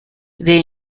they